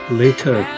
later